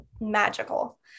magical